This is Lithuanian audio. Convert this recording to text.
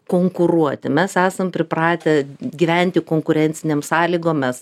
konkuruoti mes esam pripratę gyventi konkurencinėm sąlygom mes